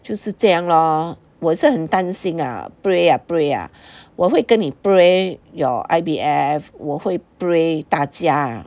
就是这样 lor 我是很担心 ah pray ah pray 我会跟你 pray your I_V_F 我会 pray 大家